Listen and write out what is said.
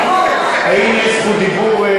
כמה